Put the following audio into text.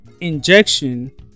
Injection